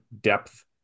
depth